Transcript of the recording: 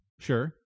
Sure